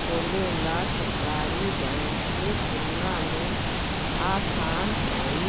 खोलेला सरकारी बैंक के तुलना में आसान हइ